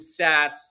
stats